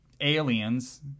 aliens